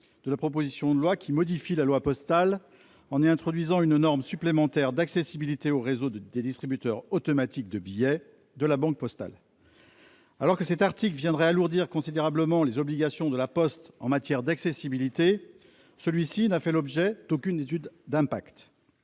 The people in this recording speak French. de la proposition de loi qui modifie la loi postale en y introduisant une norme supplémentaire d'accessibilité au réseau de distributeurs automatiques de billets de La Banque postale. Alors que cet article viendrait alourdir considérablement les obligations de La Poste en matière d'accessibilité, il n'a fait l'objet d'aucune étude d'impact.